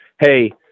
Hey